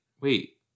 Wait